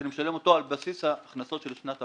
כ אתה משלם אותו על בסיס ההכנסות של השנה.